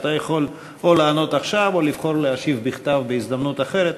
אתה יכול או לענות עכשיו או לבחור להשיב בכתב בהזדמנות אחרת,